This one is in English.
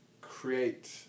create